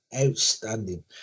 Outstanding